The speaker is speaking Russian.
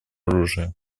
оружия